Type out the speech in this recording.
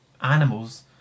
animals